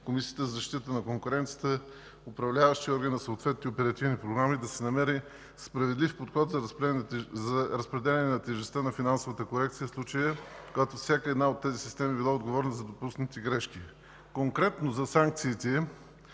Комисията за защита на конкуренцията, управляващи органи на съответните оперативни програми, да се намери справедлив подход за разпределяне на тежестта на финансовата корекция в случая, когато всяка една от тези системи е била отговорна за допуснати грешки. Конкретно за санкциите,